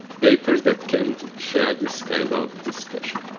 papers that can share this kind of discussion.